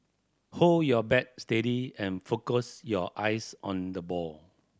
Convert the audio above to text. hold your bat steady and focus your eyes on the ball